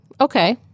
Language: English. Okay